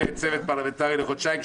צוות פרלמנטרי לחודשיים,